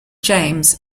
james